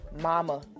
mama